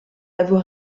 avoir